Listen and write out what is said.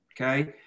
Okay